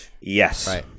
Yes